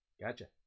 Gotcha